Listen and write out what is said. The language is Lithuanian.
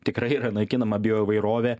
tikrai yra naikinama bioįvairovė